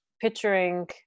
picturing